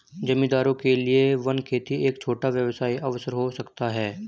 जमींदारों के लिए वन खेती एक छोटा व्यवसाय अवसर हो सकता है